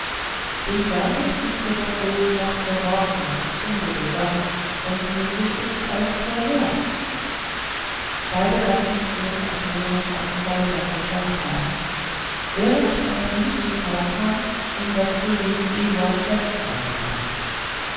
gegenwärtig sind wir doch wohl noch verworrner und ungewisser wenns möglich ist als vorher beide gatten würden auch wohl noch eine zeitlang geschwankt haben wäre nicht ein brief des hauptmanns im wechsel gegen eduards letzten angekommen